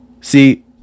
See